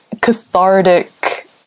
cathartic